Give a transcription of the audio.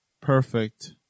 perfect